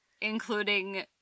Including